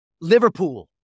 Liverpool